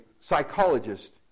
psychologist